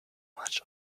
much